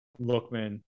Lookman